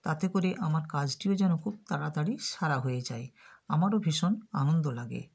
তাতে করে আমার কাজটিও যেন খুব তাড়াতাড়ি সারা হয়ে যায় আমারও ভীষণ আনন্দ লাগে